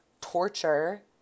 torture